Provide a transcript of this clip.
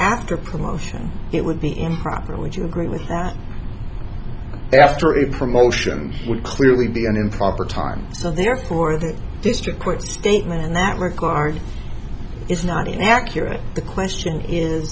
promotion it would be improper would you agree with that after a promotion would clearly be an improper tarn so therefore the district court statement in that regard is not accurate the question is